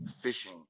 fishing